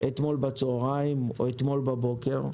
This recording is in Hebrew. היה יכול לשלוח אתמול בבוקר או אתמול בצוהריים,